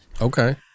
Okay